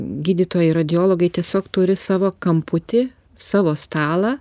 gydytojai radiologai tiesiog turi savo kamputį savo stalą